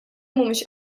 mhumiex